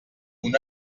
una